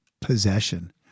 possession